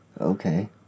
Okay